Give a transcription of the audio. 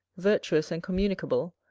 virtuous and communicable,